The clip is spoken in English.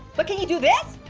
but can you do this?